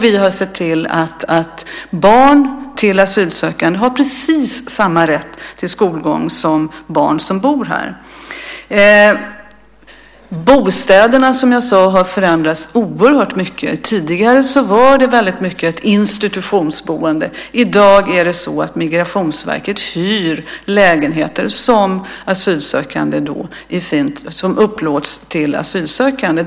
Vi har sett till att barn till asylsökande har precis samma rätt till skolgång som barn som bor här. Bostäderna har, som jag sade, förändrats oerhört mycket. Tidigare var det väldigt mycket ett institutionsboende. I dag hyr Migrationsverket lägenheter som upplåts till asylsökande.